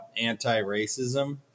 anti-racism